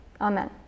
Amen